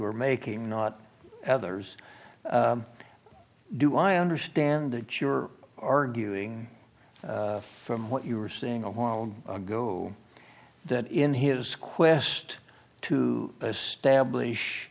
were making not others do i understand that you're arguing from what you were saying a while ago that in his quest to stablish